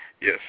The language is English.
Yes